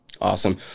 awesome